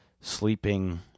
sleeping